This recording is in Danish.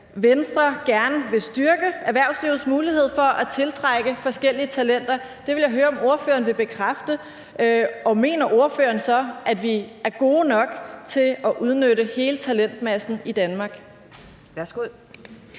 Venstre gerne vil styrke erhvervslivets mulighed for at tiltrække forskellige talenter. Det vil jeg høre om ordføreren vil bekræfte, og mener ordføreren så, at vi er gode nok til at udnytte hele talentmassen i Danmark?